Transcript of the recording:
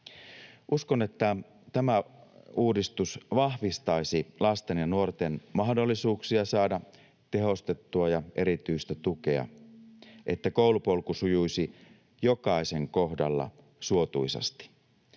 Uskon, että tämä uudistus vahvistaisi lasten ja nuorten mahdollisuuksia saada tehostettua ja erityistä tukea, niin että koulupolku sujuisi jokaisen kohdalla suotuisasti.